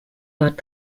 dort